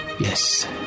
Yes